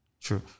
true